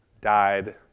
died